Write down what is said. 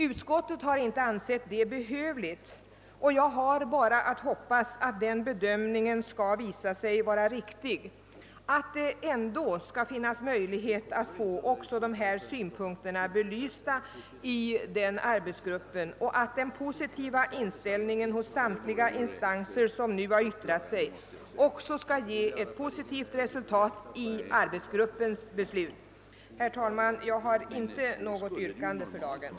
Utskottet har inte ansett det behövligt, och jag har bara att hoppas att den bedömningen skall visa sig vara riktig, d.v.s. att det ändå finns möjlighet att få även de här synpunkterna belysta och att den positiva inställningen hos samtliga instanser som nu yttrat sig också skall ge ett positivt resultat i arbetsgruppen. Herr talman! Jag har för dagen inte något yrkande.